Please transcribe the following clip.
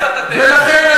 ולכן,